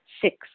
Six